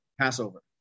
Passover